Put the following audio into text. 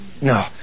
No